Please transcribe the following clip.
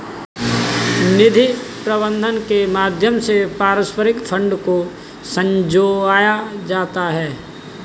निधि प्रबन्धन के माध्यम से पारस्परिक फंड को संजोया जाता है